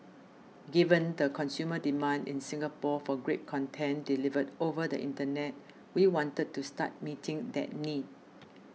given the consumer demand in Singapore for great content delivered over the Internet we wanted to start meeting that need